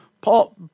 Paul